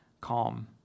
calm